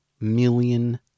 million